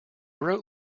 wrote